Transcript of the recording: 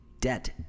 debt